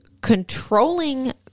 controlling